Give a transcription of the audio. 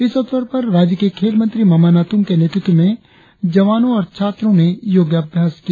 इस अवसर पर राज्य के खेल मंत्री मामा नातुंग के नेतृत्व में जवानों और छात्रों ने योगाभ्यास किया